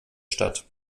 statt